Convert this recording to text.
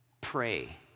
Pray